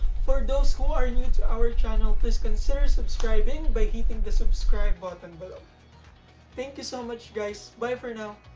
for those who are new to our channel please consider subscribing by hitting the subscribe button below thank you so much guys bye for now